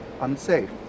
unsafe